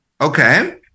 okay